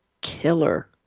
killer